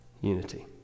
unity